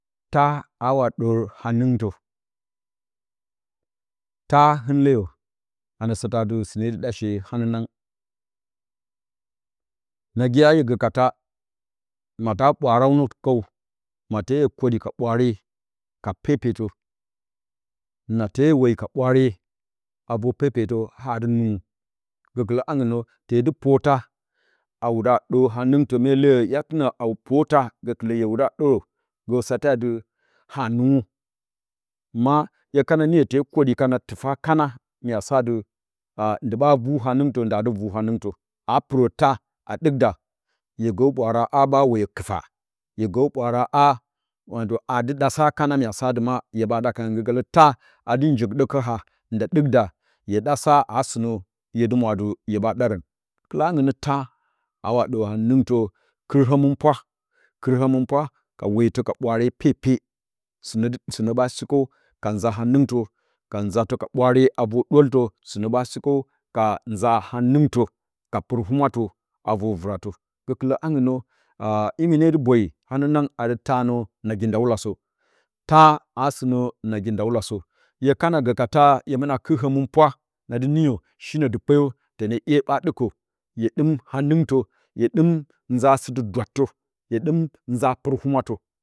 Taa, a wa ɗər hanɨngtə, taa, hɨn leyo anə satə ati sɨne dɨ ɗa shee hananang, nagi ya hye gə ka taa, ma ta ɓwaaraw nə kəw ma tee hye a kwoɗi ka ɓwaare, ka pepe to na te a woyi ka ɓwaare a ver pepetə, ha aa dɨ nɨngu, gəkɨlə nagɨn nə, te dɨ por taa a wuɗə a ɗər hanɨngtə, mee leyo hya tɨnə a por taa gakɨla hye wudə a ɗərə, gə sate adɨ a hanɨngu, maa hye kana niyo te kwoɗɨ kan a tɨfa kana mya sa adɨ ndɨ ɓaa vu hanɨngtə, nda dɨ vu hanɨngtə, a pɨrə taa a ɗɨkda hye gə ɓwaara, ha ɓaa woyo kɨfa hye gə ɓwaara a, watə a dɨ ɗa sa kana mya sa adɨ hya ɗa kan nə, gakɨlə watə taa adɨ jyekɗə kə ha, nda ɗɨk da hye ɗa sa, aa sɨnə, hye dɨ mwa adi hye ɓa ɗaarə gəkɨlə hangɨ nə taa, ha wa ɗər hanɨngtə, kɨr həmɨnpwa, kɨr həmɨnpwa ka wetə ka ɓwaare pepe sɨnə dɨ, sɨnə ɓaa shikəw ka nza hanɨngtə ka nzatə ka ɓwaare a vor ɗwoltə, sɨnə ɓaa shikəw ka nza hanɨngtə ka pɨr humwə a ver vɨratə, gəkɨlə hangɨn nə a imi ne dɨ boyi hananang adɨ taa nə nagi nda wula sə, taa aa sɨ nə nagi nda wula sə, hye kana gə kataa hye mɨ nə a kɨt həɨnpwa, nadɨ niyo shinə dɨ kpeyo, tənə iye ɓaa ɗɨkə hye ɗɨm hanɨngtə hye ɗɨm nza sɨlɨ dwattə hye ɗɨm nza pɨrə humwatə.